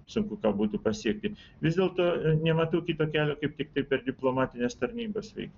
sunku būtų pasiekti vis dėlto nematau kito kelio kaip tiktai per diplomatines tarnybas veikti